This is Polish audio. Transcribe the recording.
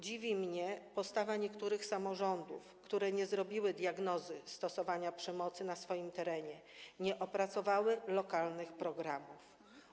Dziwi mnie postawa niektórych samorządów, które nie przeprowadziły diagnozy stosowania przemocy na swoim terenie, nie opracowały lokalnych programów.